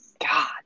God